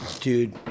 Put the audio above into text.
dude